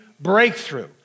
breakthrough